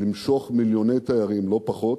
למשוך מיליוני תיירים, לא פחות.